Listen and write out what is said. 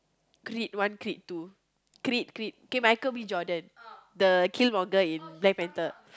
Creed one Creed two Creed Creed okay Michael-B-Jordan the Killmonger in Black Panther